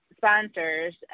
sponsors